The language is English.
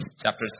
Chapter